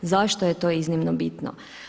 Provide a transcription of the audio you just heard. Zašto je to iznimno bitno?